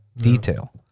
detail